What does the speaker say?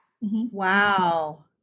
Wow